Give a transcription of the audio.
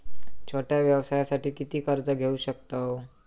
छोट्या व्यवसायासाठी किती कर्ज घेऊ शकतव?